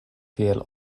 tiel